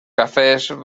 cafès